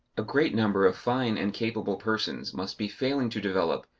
a great number of fine and capable persons must be failing to develop,